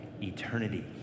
eternity